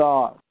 God